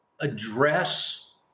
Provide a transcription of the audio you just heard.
address